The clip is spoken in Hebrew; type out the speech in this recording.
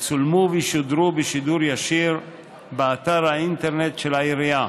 יצולמו וישודרו בשידור ישיר באתר האינטרנט של העירייה,